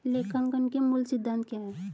लेखांकन के मूल सिद्धांत क्या हैं?